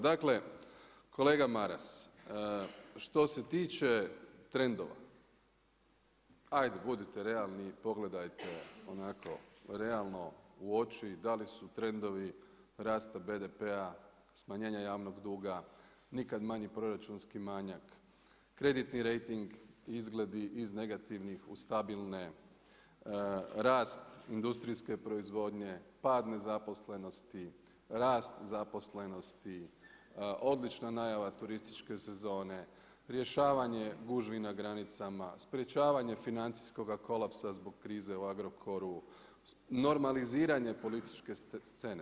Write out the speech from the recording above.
Dakle, kolega Maras, što se tiče trendova ajde budite realni i pogledajte onako realno u oči, da li su trendovi rasta BDP-a, smanjenje javnog duga nikad manjim proračunski manjak, kreditni rejting, izgledi iz negativnih u stabilne, rast industrijske proizvodnje, pad nezaposlenosti, rast zaposlenosti, odlična najava turističke sezone, rješavanje gužvi na granicama, sprječavanje financijskoga kolapsa zbog krize u Agrokoru, normaliziranje političke scene.